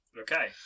Okay